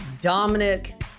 Dominic